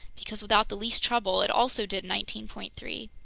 because without the least trouble, it also did nineteen point three.